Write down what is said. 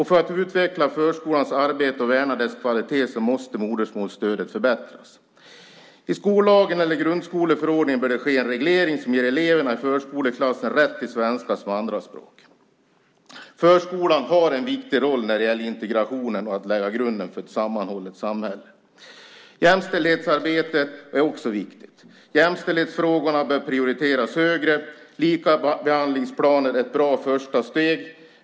För att utveckla förskolans arbete och värna dess kvalitet måste modersmålsstödet förbättras. I skollagen eller grundskoleförordningen bör det ske en reglering som ger eleverna i förskoleklass rätt till svenska som andraspråk. Förskolan har en viktig roll när det gäller integration och att lägga grunden för ett sammanhållet samhälle. Jämställdhetsarbete är också viktigt. Jämställdhetsfrågorna bör prioriteras högre. Likabehandlingsplaner är ett bra första steg.